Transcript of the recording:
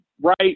right